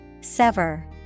Sever